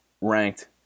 ranked